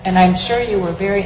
and i'm sure you were very